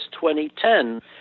2010